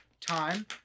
time